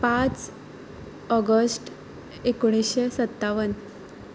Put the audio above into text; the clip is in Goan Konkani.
पांच ऑगस्ट एकुणीशें सत्तावन